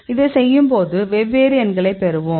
இதைச் செய்யும்போது வெவ்வேறு எண்களைப் பெறுவோம்